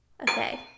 okay